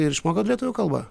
ir išmokot lietuvių kalbą